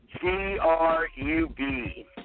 G-R-U-B